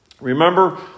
Remember